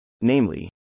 Namely